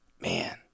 man